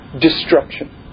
destruction